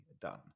done